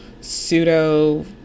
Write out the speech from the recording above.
pseudo